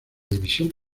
división